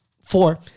four